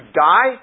die